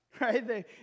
right